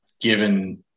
given